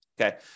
Okay